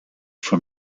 from